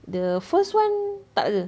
the first one tak ada